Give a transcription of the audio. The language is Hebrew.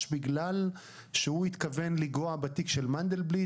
בגלל שהוא התכוון לגעת בתיק של מנדלבליט.